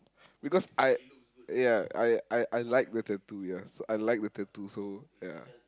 because I ya I I I like the tattoo ya I like the tattoo so ya